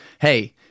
hey